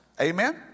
Amen